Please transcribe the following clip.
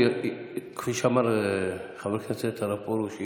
כפי שאמר חבר הכנסת הרב פרוש,